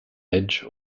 edge